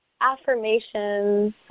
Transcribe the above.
affirmations